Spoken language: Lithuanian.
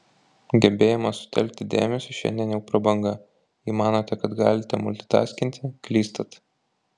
gebėjimas sutelkti dėmesį šiandien jau prabanga jei manote kad galite multitaskinti klystat